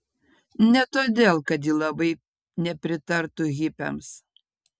ne todėl kad ji labai nepritartų hipiams